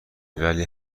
ولی